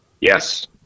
Yes